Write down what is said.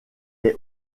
est